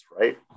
Right